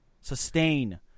sustain